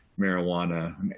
marijuana